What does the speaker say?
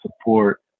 support